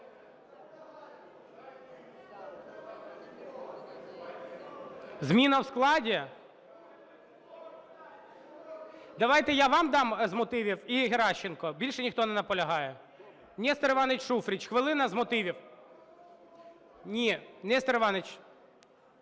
Зміна в складі? Давайте я вам дам з мотивів і Геращенко, більше ніхто не наполягає. Нестор Іванович Шуфрич, хвилина, з мотивів. (Шум у залі) Ні, Нестор Іванович…